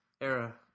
era